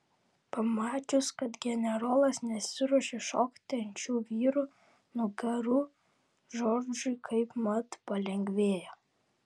pamačius kad generolas nesiruošia šokti ant šių vyrų nugarų džordžui kaipmat palengvėjo